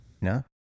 No